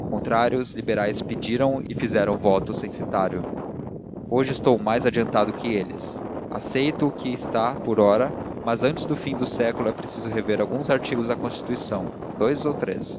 ao contrário os liberais pediram e fizeram o voto censitário hoje estou mais adiantado que eles aceito o que está por ora mas antes do fim do século é preciso rever alguns artigos da constituição dous ou três